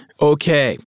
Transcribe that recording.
Okay